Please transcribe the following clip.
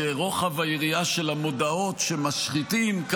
כרוחב היריעה של המודעות שמשחיתים,